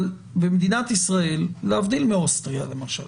אבל במדינת ישראל, להבדיל מאוסטריה למשל,